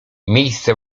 miejsce